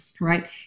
right